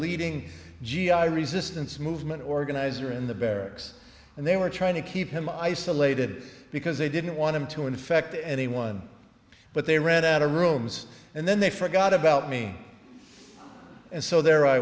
leading g i resistance movement organizer in the barracks and they were trying to keep him isolated because they didn't want him to infect anyone but they rent out a rooms and then they forgot about me and so there i